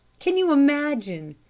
can you imagine,